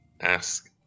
ask